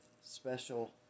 special